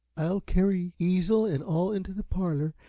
i'll carry easel and all into the parlor,